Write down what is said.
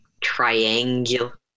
triangular